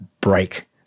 break